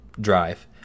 Drive